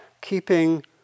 keeping